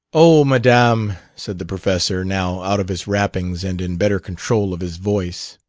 oh, madame! said the professor, now out of his wrappings and in better control of his voice.